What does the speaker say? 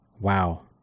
Wow